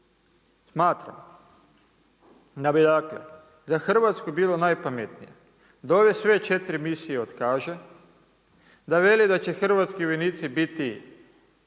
Smatram da bi za Hrvatsku bilo najpametnije da ove sve četiri misije otkaže, da veli da će hrvatski vojnici biti